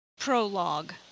Prologue